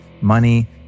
money